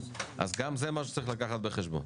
אז גם זה משהו שצריך לקחת בחשבון.